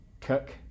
Cook